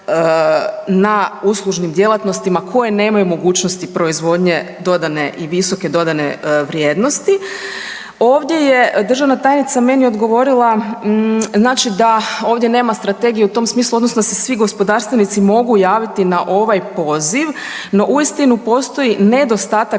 na uslužnim djelatnostima koje nemaju mogućnosti proizvodnje dodane i visoke dodane vrijednosti. Ovdje je državna tajnica meni odgovorila znači da ovdje nema strategije u tom smislu odnosno da se svi gospodarstvenici mogu javiti na ovaj poziv no uistinu postoji nedostatak